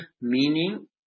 meaning